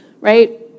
right